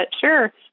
sure